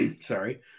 sorry